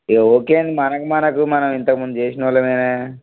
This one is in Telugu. ఇక ఓకే ఏంటి మనకు మనకు మనం ఇంతకు ముందు చేసినోళ్ళమే నావి